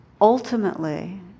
Ultimately